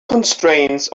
constraints